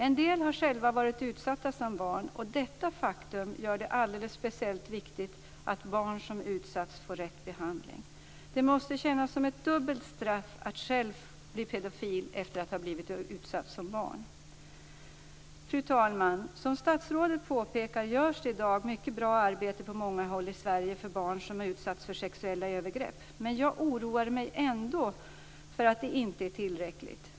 En del har själva varit utsatta som barn, och detta faktum gör det speciellt viktigt att barn som utsatts får rätt behandling. Det måste kännas som ett dubbelt straff att själv bli pedofil efter att ha blivit utsatt som barn. Fru talman! Som statsrådet påpekar görs det i dag ett mycket bra arbete på många håll i Sverige för barn som har utsatts för sexuella övergrepp, men jag oroar mig ändå för att det inte är tillräckligt.